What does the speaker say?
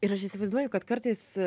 ir aš įsivaizduoju kad kartais